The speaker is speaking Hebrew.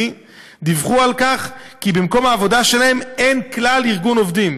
דיווחו שבמקום העבודה שלהן אין ארגון עובדים